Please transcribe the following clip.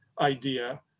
idea